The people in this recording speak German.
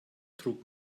trug